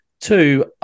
two